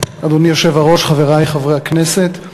אדוני היושב-ראש, חברי חברי הכנסת,